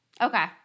okay